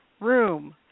Room